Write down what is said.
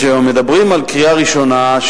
אז כשמדברים על קריאה ראשונה,